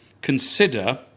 consider